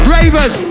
Ravers